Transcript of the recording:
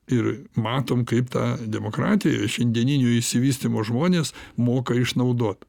ir matom kaip tą demokratiją šiandieninio išsivystymo žmonės moka išnaudot